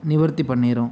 நிவர்த்தி பண்ணிடும்